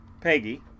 Peggy